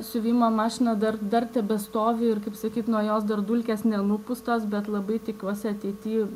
siuvimo mašina dar dar tebestovi ir kaip sakyt nuo jos dar dulkės nenupūstos bet labai tikiuosi ateity